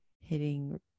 hitting